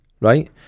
right